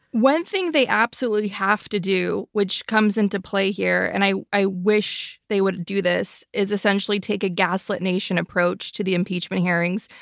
one thing they absolutely have to do, which comes into play here, and i i wish they would do this, is essentially take a gaslit nation approach to the impeachment hearings.